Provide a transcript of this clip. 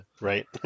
Right